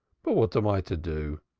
but what am i to do?